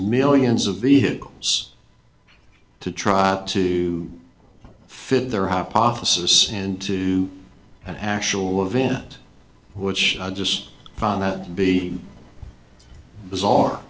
millions of vehicles to try to fit their how apotheosis and to an actual event which i just found that to be bizarre